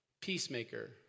peacemaker